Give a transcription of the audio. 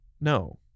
no